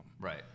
Right